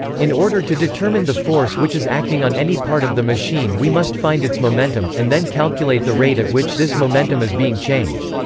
in order to determine the force which is acting on any part of the machine we must find its momentum, and then calculate the rate at which this momentum is being changed.